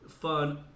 fun